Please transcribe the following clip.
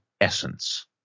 essence